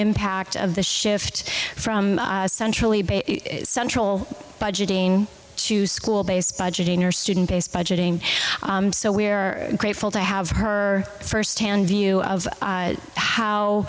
impact of the shift from centrally central budgeting to school based budgeting or student based budgeting so we are grateful to have her firsthand view of